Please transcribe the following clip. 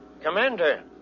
Commander